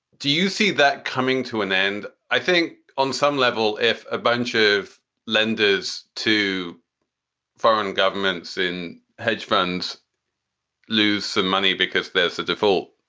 do you see that coming to an end? i think on some level, if a bunch of lenders to foreign governments in hedge funds lose some money because there's a default,